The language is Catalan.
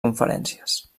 conferències